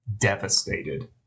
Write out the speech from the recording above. devastated